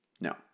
No